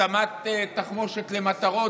התאמת תחמושת למטרות.